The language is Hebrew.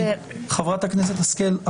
חברת הכנסת השכל,